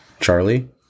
Charlie